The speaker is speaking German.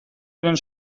einen